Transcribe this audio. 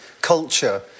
culture